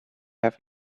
have